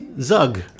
Zug